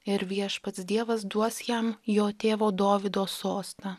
ir viešpats dievas duos jam jo tėvo dovydo sostą